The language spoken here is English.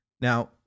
Now